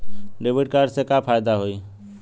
Debit card से का फायदा होई?